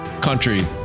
country